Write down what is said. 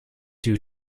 due